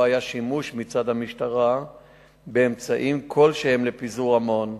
לא היה שימוש מצד המשטרה באמצעים כלשהם לפיזור המון,